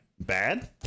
bad